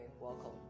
welcome